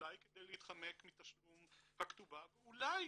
אולי כדי להתחמק מתשלום הכתובה ואולי